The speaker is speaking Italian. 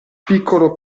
piccolo